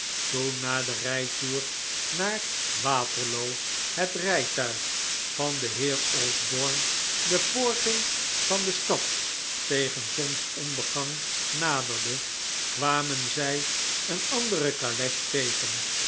toen na den rijtoer naar waterloo het rijtuig van den heer osborne de poorten van de stad tegen zonsondergang naderde kwamen zij een andere caleche tegen